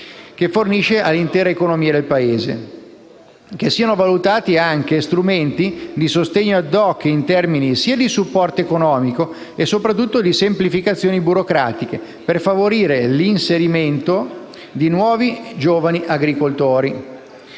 forniscono all'economia del Paese; 8) a valutare strumenti di sostegno *ad hoc*, in termini sia di supporto economico che soprattutto di semplificazioni burocratiche, per favorire l'insediamento di nuovi e giovani agricoltori;